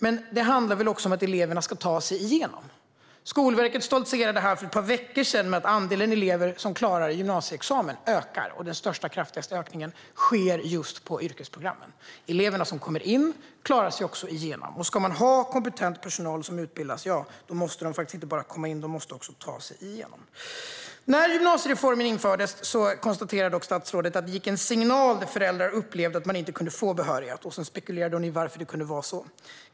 Men det handlar väl också om att eleverna ska ta sig igenom? Skolverket stoltserade för ett par veckor sedan med att andelen elever som klarar gymnasieexamen ökar. Den största och kraftigaste ökningen sker just på yrkesprogrammen. Eleverna som kommer in klarar sig också igenom. Ska man ha kompetent personal som utbildas ska de inte bara komma in utan de måste också ta sig igenom. När gymnasiereformen infördes konstaterar statsrådet att det gick en signal där föräldrar upplevde att eleverna inte kunde få behörighet. Sedan spekulerade hon i varför det kunde vara så.